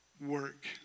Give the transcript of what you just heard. work